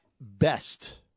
best